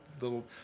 little